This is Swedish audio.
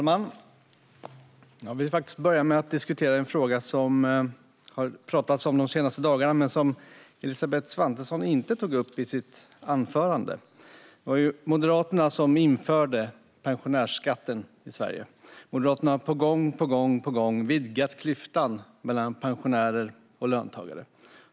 Herr talman! Jag ska börja med att diskutera en fråga som det har pratats om de senaste dagarna men som Elisabeth Svantesson inte tog upp i sitt anförande. Det var ju Moderaterna som införde pensionärsskatten i Sverige, och Moderaterna har gång på gång vidgat klyftan mellan pensionärer och löntagare.